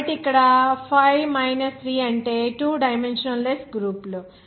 కాబట్టి ఇక్కడ 5 3 అంటే 2 డైమెన్షన్ లెస్ గ్రూపులు